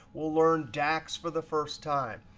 we'll learn dax for the first time.